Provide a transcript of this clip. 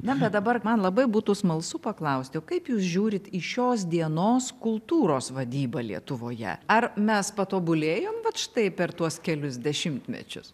ne dabar man labai būtų smalsu paklausti o kaip jūs žiūrit į šios dienos kultūros vadybą lietuvoje ar mes patobulėjom vat štai per tuos kelius dešimtmečius